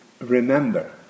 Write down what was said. remember